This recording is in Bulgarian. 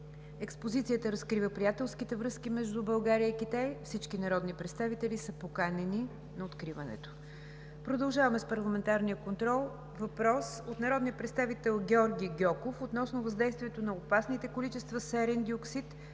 Експозицията разкрива приятелските връзки между България и Китай. Всички народни представители са поканени на откриването. Продължаваме с парламентарния контрол. Въпрос от народния представител Георги Гьоков относно въздействието на опасните количества серен диоксид